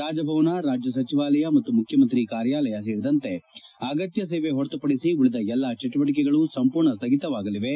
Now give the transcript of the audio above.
ರಾಜಭವನ ರಾಜ್ಯ ಸಚಿವಾಲಯ ಮತ್ತು ಮುಖ್ಯಮಂತ್ರಿ ಕಾರ್ಯಾಲಯ ಸೇರಿದಂತೆ ಅಗತ್ಯ ಸೇವೆ ಹೊರತು ಪಡಿಸಿ ಉಳಿದ ಎಲ್ಲ ಚಟುವಟಿಕೆಗಳು ಸಂಪೂರ್ಣ ಸ್ಥಗಿತವಾಗಲಿವೆ